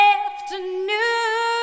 afternoon